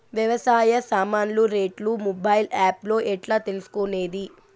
వ్యవసాయ సామాన్లు రేట్లు మొబైల్ ఆప్ లో ఎట్లా తెలుసుకునేది?